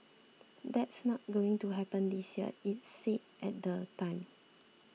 that's not going to happen this year it said at the time